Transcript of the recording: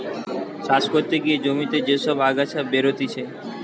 চাষ করতে গিয়ে জমিতে যে সব আগাছা বেরতিছে